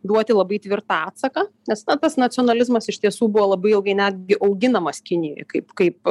duoti labai tvirtą atsaką nes na tas nacionalizmas iš tiesų buvo labai ilgai netgi auginamas kinijoj kaip kaip